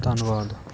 ਧੰਨਵਾਦ